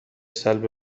سلب